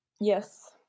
Yes